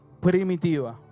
primitiva